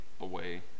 away